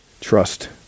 trust